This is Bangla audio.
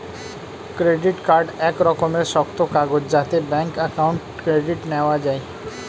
ক্রেডিট কার্ড এক রকমের শক্ত কাগজ যাতে ব্যাঙ্ক অ্যাকাউন্ট ক্রেডিট নেওয়া যায়